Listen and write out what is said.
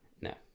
no